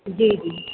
जी जी